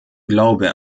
glaube